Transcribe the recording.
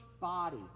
body